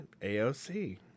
AOC